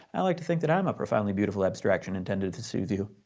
i like to think that i'm a profoundly beautiful abstraction intended to soothe you.